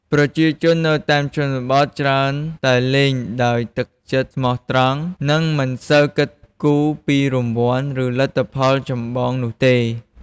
ប្រជាជននៅតាមជនបទច្រើនតែលេងដោយទឹកចិត្តស្មោះត្រង់ និងមិនសូវជាគិតគូរពីរង្វាន់ ឬលទ្ធផលចម្បងនោះទេ។